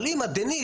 אבל אם הדניס,